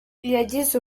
yagize